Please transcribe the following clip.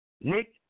Nick